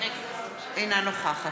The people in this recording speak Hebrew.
אינה נוכחת